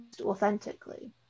authentically